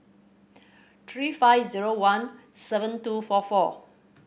three five zero one seven two four four